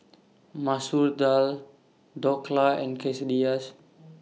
Masoor Dal Dhokla and Quesadillas